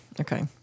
okay